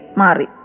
mari